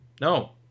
No